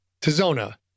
Tizona